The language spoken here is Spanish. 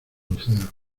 luceros